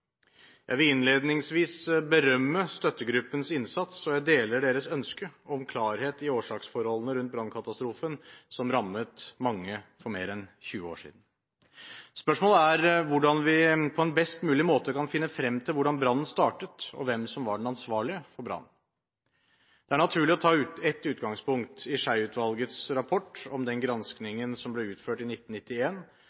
Jeg vil innledningsvis berømme støttegruppens innsats, og jeg deler deres ønske om klarhet i årsaksforholdene rundt brannkatastrofen som rammet mange for mer enn 20 år siden. Spørsmålet er hvordan vi på en best mulig måte kan finne frem til hvordan brannen startet og hvem som var den ansvarlige for brannen. Det er naturlig å ta et utgangspunkt i Schei-utvalget rapport om den